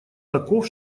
таков